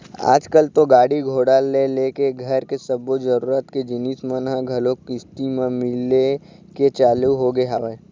आजकल तो गाड़ी घोड़ा ले लेके घर के सब्बो जरुरत के जिनिस मन ह घलोक किस्ती म मिले के चालू होगे हवय